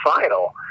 final